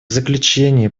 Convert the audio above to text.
заключение